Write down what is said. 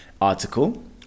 article